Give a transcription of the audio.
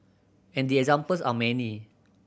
and the examples are many